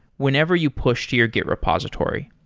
whenever you push to your git repository.